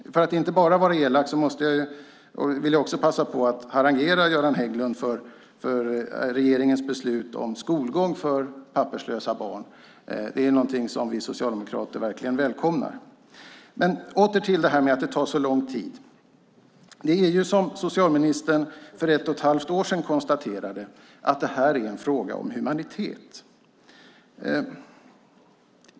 För att jag inte bara ska vara elak vill jag också passa på att harangera Göran Hägglund för regeringens beslut om skolgång för papperslösa barn. Det är någonting som vi socialdemokrater verkligen välkomnar. Men jag ska återkomma till detta att det tar så lång tid. Som socialministern för ett och ett halvt år sedan konstaterade är detta en fråga om humanitet.